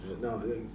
No